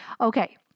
Okay